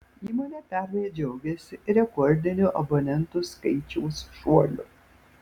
įmonė pernai džiaugėsi rekordiniu abonentų skaičiaus šuoliu